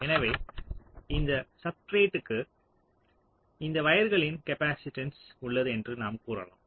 எனவே இந்த சப்ஸ்ட்ரேட்க்கு இந்த வயர்களின் காப்பாசிட்டன்ஸ் உள்ளது என்று நாம் கூறலாம்